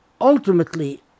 Ultimately